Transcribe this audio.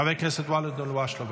חבר הכנסת ואליד אלהואשלה,